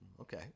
Okay